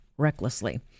Recklessly